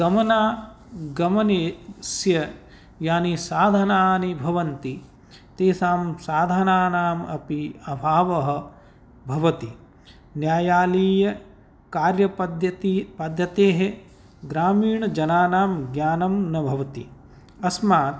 गमनागमने यानि साधनानि भवन्ति तेषां साधनानाम् अपि अभावः भवति न्यायालयीयकार्यपद्धतेः ग्रामीणजनानां ज्ञानं न भवति अस्मात्